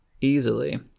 easily